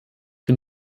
bin